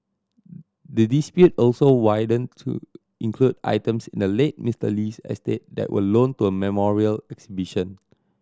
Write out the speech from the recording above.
the dispute also widened to include items in the late Mister Lee's estate that were loaned to a memorial exhibition